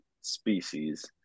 species